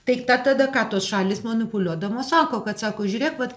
tai tą tada ką tos šalys manipuliuodamos sako kad sako žiūrėk vat